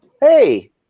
Hey